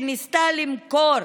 שניסו למכור